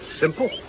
Simple